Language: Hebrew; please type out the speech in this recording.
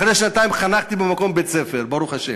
אחרי שנתיים חנכתי במקום בית-ספר, ברוך השם.